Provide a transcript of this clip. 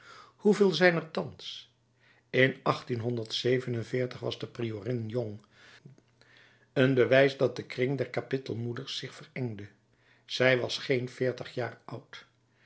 hoeveel zijn er thans in was de priorin jong een bewijs dat de kring der kapittelmoeders zich verengde zij was geen veertig jaar oud